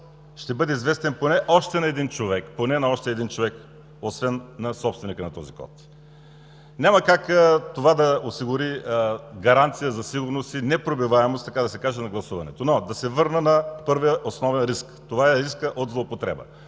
ще бъде известен поне още на един човек, освен на собственика на този код. Няма как това да осигури гаранция за сигурност и непробиваемост на гласуването. Но да се върна на първия основен риск – това е рискът от злоупотреба,